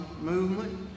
movement